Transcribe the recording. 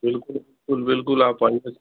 बिल्कुल बिल्कुल बिल्कुल आप आइए